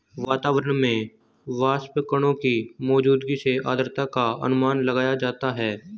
वातावरण में वाष्पकणों की मौजूदगी से आद्रता का अनुमान लगाया जाता है